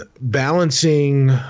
balancing